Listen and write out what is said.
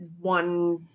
one